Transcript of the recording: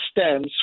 stems